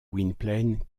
gwynplaine